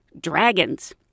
dragons